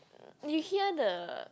you hear the